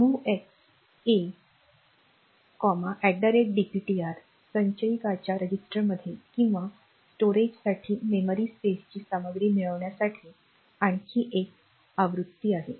MOVX A DPTR MOVX A DPTR संचयीकाच्या रजिस्टरमध्ये किंवा स्टोरेजसाठी मेमरी स्पेसची सामग्री मिळविण्यासाठी आणखी एक आवृत्ती आहे